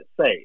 say